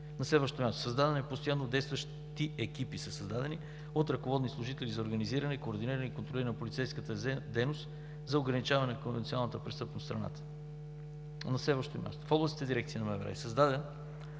На следващо място. Създаване на постоянно действащи екипи от ръководни служители за организиране, координиране и контролиране на полицейската дейност за ограничаване конвенционалната престъпност в страната. На следващо място. В областните дирекции на МВР е създадена